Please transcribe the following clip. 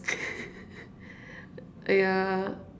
ya